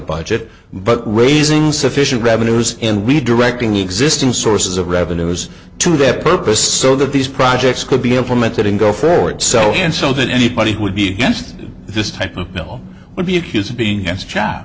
budget but raising sufficient revenues in redirecting existing sources of revenue was to that purpose so that these projects could be implemented and go forward so and so that anybody who would be against this type of bill would be accused of being